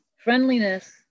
Friendliness